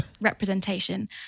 representation